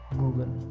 google